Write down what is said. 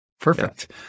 perfect